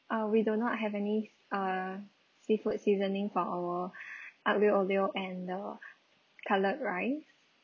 uh we do not have any uh seafood seasoning for our aglio olio and the cutlet rice